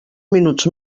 minuts